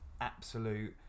absolute